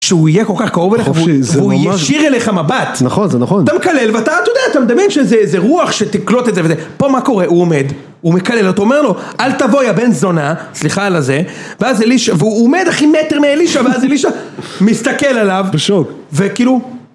שהוא יהיה כל כך קרוב אליך, הוא יישיר אליך מבט. נכון, זה נכון. אתה מקלל, ואתה, אתה יודע, אתה מדמיין שזה רוח שתקלוט את זה. פה מה קורה, הוא עומד, הוא מקלל, ואתה אומר לו, אל תבואי יא בן זונה, סליחה על הזה, ואז אלישע, והוא עומד אחי מטר מאלישע, ואז אלישע מסתכל עליו. בשוק. וכאילו...